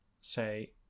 say